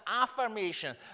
affirmation